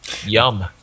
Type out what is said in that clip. Yum